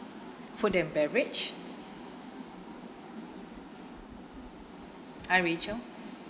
food and beverage hi rachel